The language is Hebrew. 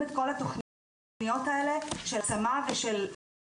את כל התוכניות האלה של העצמה ושל הרחבת הנפש,